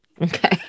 okay